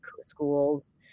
schools